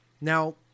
Now